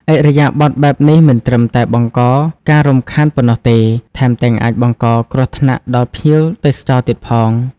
ឥរិយាបថបែបនេះមិនត្រឹមតែបង្កការរំខានប៉ុណ្ណោះទេ ថែមទាំងអាចបង្កគ្រោះថ្នាក់ដល់ភ្ញៀងទេសចរទៀតផង។